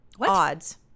odds